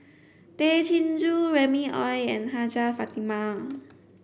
Tay Chin Joo Remy Ong and Hajjah Fatimah